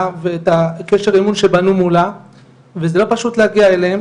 ואת הקשר אמון שבנו מולה וזה לא פשוט להגיע אליהם